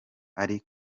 ari